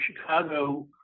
Chicago